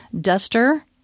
Duster